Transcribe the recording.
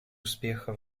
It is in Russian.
успеха